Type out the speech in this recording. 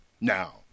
now